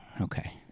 Okay